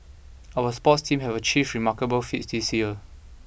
our sports teams have achieved remarkable feats this year